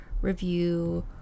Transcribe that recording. review